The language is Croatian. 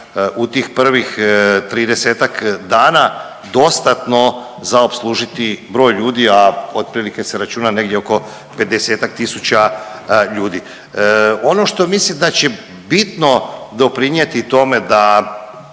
u tih prvih 30-tak dana dostatno za opslužiti broj ljudi, a otprilike se računa negdje oko 50-tak tisuća ljudi. Ono što mislim da će bitno doprinjeti tome da